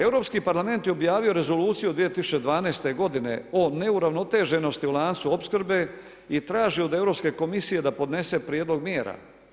Europski parlament je objavio rezoluciju od 2012.godine o neuravnoteženosti u lancu opskrbe i traži od Europske komisije da podnese prijedlog mjera.